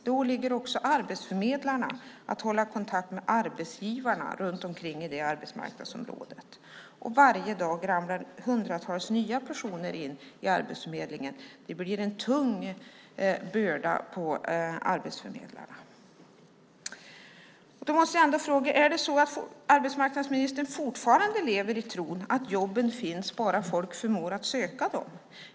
Det åligger också arbetsförmedlarna att hålla kontakt med arbetsgivarna inom arbetsmarknadsområdet. Varje dag ramlar hundratals nya personer in till Arbetsförmedlingen. Det blir en tung börda för arbetsförmedlarna. Lever arbetsmarknadsministern fortfarande i tron att jobben finns om bara folk förmås att söka dem?